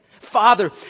Father